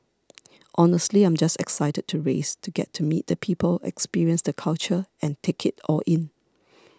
honestly I'm just excited to race to get to meet the people experience the culture and take it all in